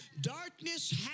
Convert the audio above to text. Darkness